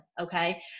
okay